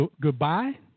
goodbye